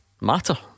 Matter